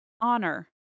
honor